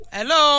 Hello